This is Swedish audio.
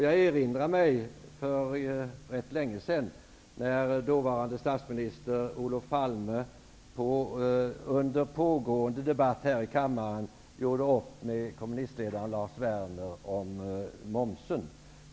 Jag erinrar mig ett tillfälle för ganska länge sedan när dåvarande statsministern Olof Palme under pågående debatt här i kammaren gjorde upp med kommunistledaren Lars Werner om momsen.